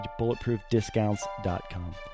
bulletproofdiscounts.com